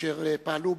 אשר פעלו